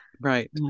Right